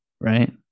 right